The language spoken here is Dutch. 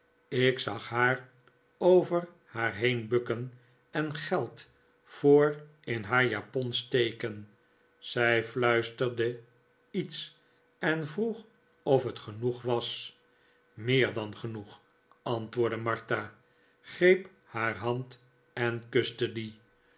ik zag haar over haar heen bukken en geld voor in haar japon steken zij fluisterde iets en vroeg of het genoeg was meer dan genoeg antwoordde martha greep haar hand en kuste die